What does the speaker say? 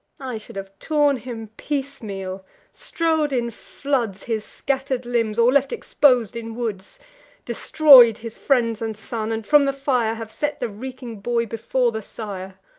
i should have torn him piecemeal strow'd in floods his scatter'd limbs, or left expos'd in woods destroy'd his friends and son and, from the fire, have set the reeking boy before the sire.